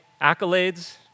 accolades